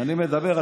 כשאני מדבר,